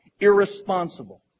Irresponsible